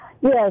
Yes